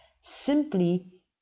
simply